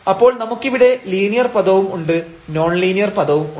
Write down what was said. അപ്പോൾ നമുക്കിവിടെ ലീനിയർ പദവും ഉണ്ട് നോൺലീനിയർ പദവും ഉണ്ട്